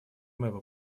моего